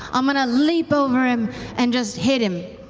i'm going to leap over him and just hit him